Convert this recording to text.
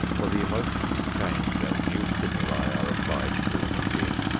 for the emotions change as new stimuli are applied to the machine.